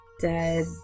dead